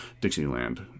Dixieland